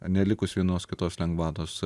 nelikus vienos kitos lengvatos